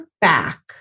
back